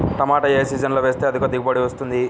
టమాటా ఏ సీజన్లో వేస్తే అధిక దిగుబడి వస్తుంది?